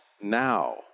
now